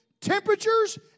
temperatures